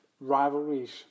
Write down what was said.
rivalries